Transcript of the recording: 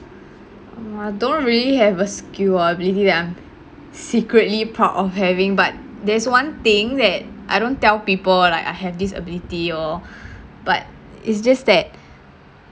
uh I don't really have a skill or ability that I'm secretly proud of having but there's one thing that I don't tell people like I have this ability lor but it's just that